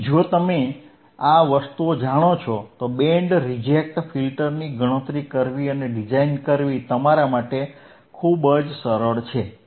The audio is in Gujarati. તેથી જો તમે આ વસ્તુઓ જાણો છો તો બેન્ડ રિજેક્ટ ફિલ્ટરની ગણતરી કરવી અને ડિઝાઇન કરવી તમારા માટે ખૂબ જ સરળ છે